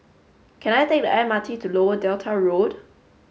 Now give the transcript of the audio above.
can I take the M R T to Lower Delta Road